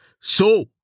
So